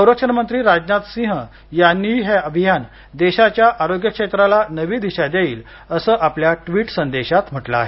संरक्षण मंत्री राजनाथ सिंह यांनीही हे अभियान देशाच्या आरोग्यक्षेत्राला नवी दिशा देईल असं आपल्या ट्विट संदेशात म्हटलं आहे